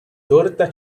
torta